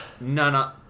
none